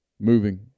moving